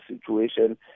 situation